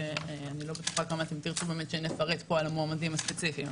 שאני לא בטוחה כמה תרצו שנפרט פה על מועמדים ספציפיים.